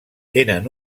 tenen